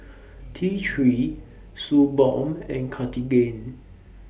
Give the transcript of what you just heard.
T three Suu Balm and Cartigain